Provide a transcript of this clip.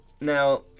Now